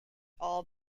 all